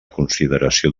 consideració